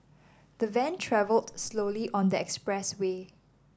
the van travelled slowly on the expressway